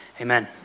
amen